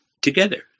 together